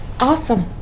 Awesome